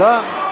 לא?